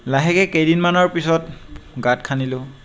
লাহেকৈ কেইদিনমানৰ পিছত গাঁত খান্দিলোঁ